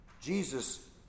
Jesus